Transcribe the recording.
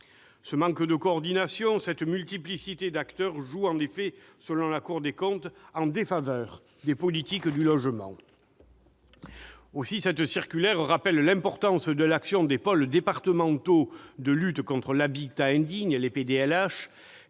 Le manque de coordination, la multiplicité d'acteurs jouent en effet, selon la Cour des comptes, en défaveur des politiques du logement. Aussi, cette circulaire rappelle l'importance de l'action des pôles départementaux de lutte contre l'habitat indigne, les PDLHI,